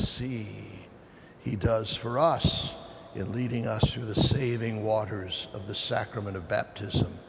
sea he does for us in leading us through the saving waters of the sacrament of baptis